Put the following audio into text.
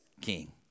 king